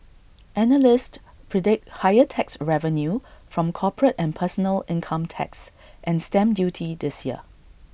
analysts predict higher tax revenue from corporate and personal income tax and stamp duty this year